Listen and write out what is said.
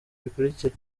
bikurikira